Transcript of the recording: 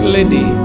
lady